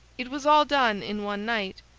it was all done in one night,